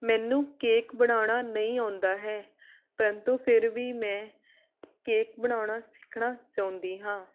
ਮੈਨੂੰ ਕੇਕ ਬਣਾਉਣਾ ਨਹੀਂ ਆਉਂਦਾ ਹੈ ਪਰੰਤੂ ਫਿਰ ਵੀ ਮੈਂ ਕੇਕ ਬਣਾਉਣਾ ਸਿੱਖਣਾ ਚਾਹੁੰਦੀ ਹਾਂ